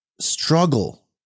struggle